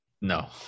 No